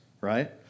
right